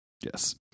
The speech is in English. Yes